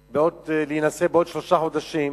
הוא עמד להינשא בעוד שלושה חודשים.